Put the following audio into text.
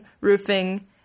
roofing